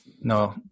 no